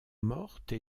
mortes